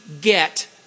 get